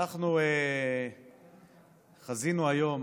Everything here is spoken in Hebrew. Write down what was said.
אנחנו חזינו היום